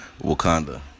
Wakanda